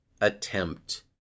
attempt